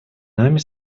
нами